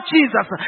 Jesus